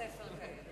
יש 20 בתי-ספר כאלה.